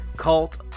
cult